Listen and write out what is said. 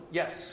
yes